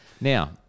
Now